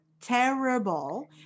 terrible